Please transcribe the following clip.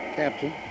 Captain